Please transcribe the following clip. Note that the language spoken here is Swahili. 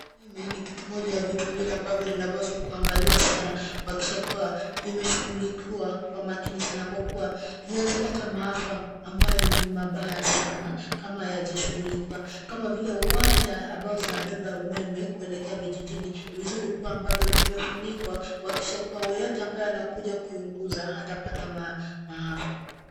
Umeme ni kitu moja ni vitu viwili ambavyo vinapaswa kuangaliwa sana kwa kuhakikisha kuwa vime shugulikuwa kwa makini sana kwa kuwa, zinaeza leta maafa ambayo ni mabaya sana kama yajashugulikuwa. Kama vile waya ambayo zinabeba umeme kuelekea vijijini ni vizuri kuwa ambayo vimefunikuwa kwa kuhakikisha kuwa yeyote ambayo anakuja kuyaguza hata pata maafa.